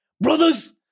Brothers